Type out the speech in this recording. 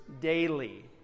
daily